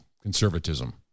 conservatism